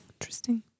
interesting